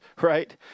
right